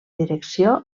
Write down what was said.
direcció